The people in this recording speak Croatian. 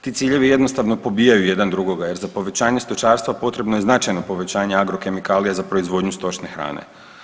Ti ciljevi jednostavno pobijaju jedan drugoga jer za povećanje stočarstva potrebno je značajno povećanje agrokemikalija za proizvodnju stočne hrane.